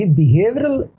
behavioral